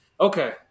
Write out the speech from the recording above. okay